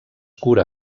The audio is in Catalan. cura